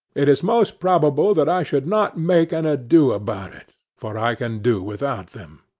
it is most probable that i should not make an ado about it, for i can do without them.